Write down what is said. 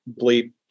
bleep